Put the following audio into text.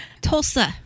Tulsa